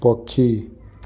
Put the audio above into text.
ପକ୍ଷୀ